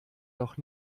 doch